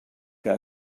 que